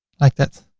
like that.